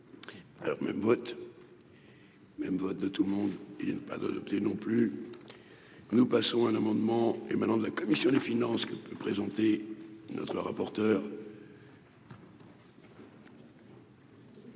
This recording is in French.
alors même vote même vote de tout le monde il y a pas d'adopter, non plus, nous passons un amendement émanant de la commission des finances que peut présenter notre rapporteur.